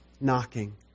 knocking